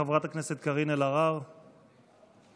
חברת הכנסת קארין אלהרר, בבקשה.